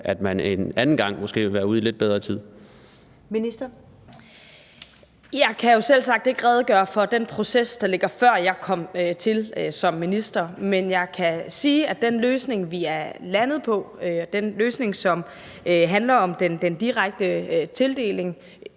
Ellemann): Ministeren. Kl. 17:00 Forsvarsministeren (Trine Bramsen): Jeg kan jo selvsagt ikke redegøre for den proces, der var, før jeg kom til som minister. Men jeg kan sige, at den løsning, vi er landet på, og som handler om den direkte tildeling,